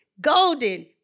golden